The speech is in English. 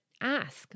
ask